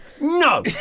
no